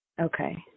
Okay